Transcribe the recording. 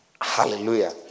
Hallelujah